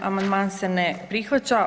Amandman se ne prihvaća.